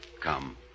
Come